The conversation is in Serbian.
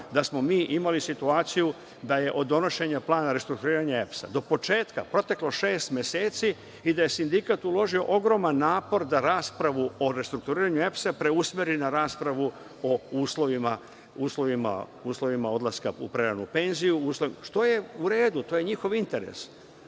da smo mi imali situaciju da je od donošenja plana restrukturiranja, do početka proteklo šest meseci i da je sindikat uložio ogroman napor da raspravu o restrukturiranju EPS-u preusmeri na raspravu o uslovima odlaska u preranu penziju, što je u redu, to je njihov interes,